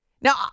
Now